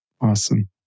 Awesome